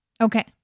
Okay